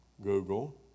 Google